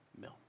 Mill